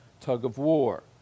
tug-of-war